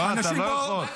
לא, אתה לא יכול.